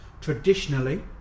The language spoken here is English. traditionally